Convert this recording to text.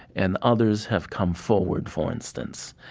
and others have come forward. for instance,